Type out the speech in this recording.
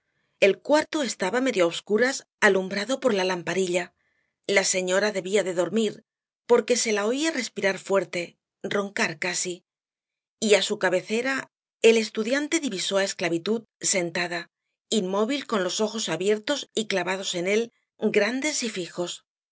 el cuarto estaba medio á obscuras alumbrado por la lamparilla la señora debía de dormir porque se la oía respirar fuerte roncar casi y á su cabecera el estudiante divisó á esclavitud sentada inmóvil con los ojos abiertos y clavados en él grandes y fijos